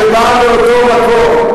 שבא מאותו מקום.